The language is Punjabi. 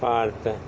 ਭਾਰਤ